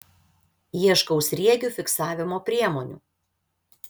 ieškau sriegių fiksavimo priemonių